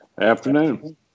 Afternoon